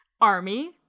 Army